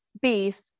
beef